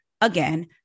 Again